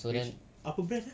which apa brand ah